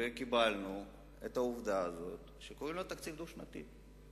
וקיבלנו את העובדה הזאת שקוראים לה תקציב דו-שנתי.